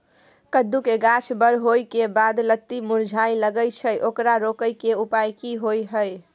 कद्दू के गाछ बर होय के बाद लत्ती मुरझाय लागे छै ओकरा रोके के उपाय कि होय है?